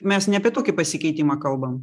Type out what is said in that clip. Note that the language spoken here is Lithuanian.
mes ne apie tokį pasikeitimą kalbam